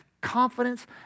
confidence